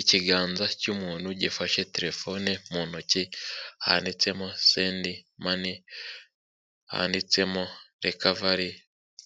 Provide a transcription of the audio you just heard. Ikiganza cy'umuntu gifashe telefone mu ntoki, handitsemo sendi mani, handitsemo rekavari